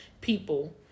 people